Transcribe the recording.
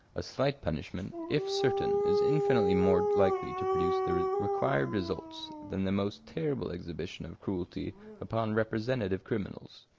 a slight punishment, if certain, is infinitely more likely to produce the required results than the most terrible exhibition of cruelty upon representative criminals.